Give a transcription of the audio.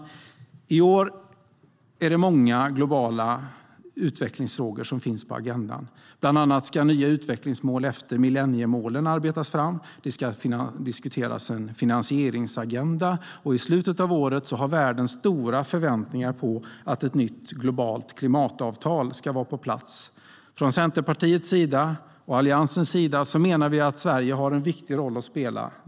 I år är det många globala utvecklingsfrågor på agendan. Bland annat ska nya utvecklingsmål efter millenniemålen arbetas fram, det ska diskuteras en finansieringsagenda och i slutet av året har världen stora förväntningar på att ett nytt globalt klimatavtal ska komma på plats. Från Centerpartiets och Alliansens sida menar vi att Sverige även där har en viktig roll att spela.